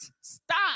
stop